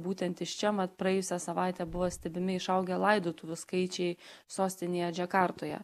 būtent iš čia mat praėjusią savaitę buvo stebimi išaugę laidotuvių skaičiai sostinėje džakartoje